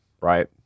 right